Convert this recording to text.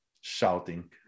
shouting